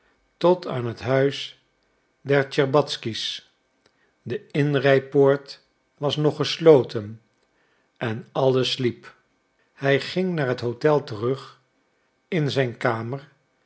tot aan het huis der tscherbatzky's de inrijpoort was nog gesloten en alles sliep hij ging naar het hotel terug in zijn kamer